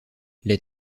les